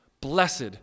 Blessed